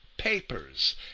papers